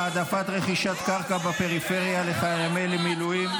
העדפת רכישת קרקע בפריפריה לחיילי מילואים),